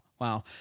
wow